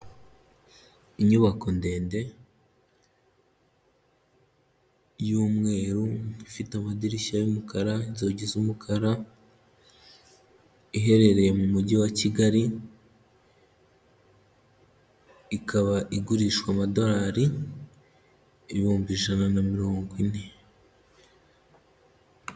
Inyubako ndende, y'umweru ifite amadirishya y'umukara, inzugi z'umukara, iherereye mu mujyi wa Kigali, ikaba igurishwa amadorari ibihumbi ijana na mirongo ine.